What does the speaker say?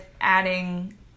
adding